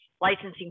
licensing